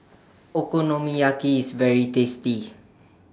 Okonomiyaki IS very tasty